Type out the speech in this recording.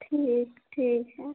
ठीक ठीक है